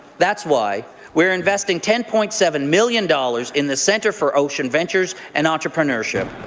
that's why we're investing ten point seven million dollars in the centre for ocean ventures and entrepreneurship.